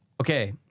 Okay